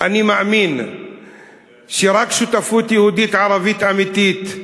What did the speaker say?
אני מאמין שרק שותפות יהודית-ערבית אמיתית,